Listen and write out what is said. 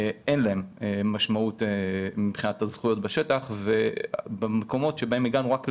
אין להם משמעות מבחינת הזכויות בשטח ובמקומות בהם הגענו רק לשם,